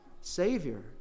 savior